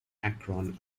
akron